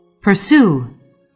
Pursue